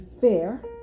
fair